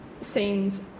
scenes